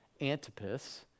Antipas